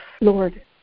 Lord